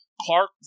Clark